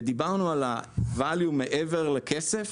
ודיברנו על הערך מעבר לכסף.